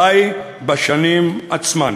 די בשנים עצמן.